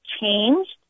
changed